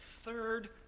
third